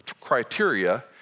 criteria